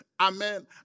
Amen